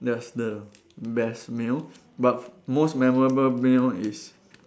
that's the best meal but most memorable meal is